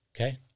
Okay